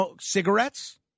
cigarettes